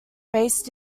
based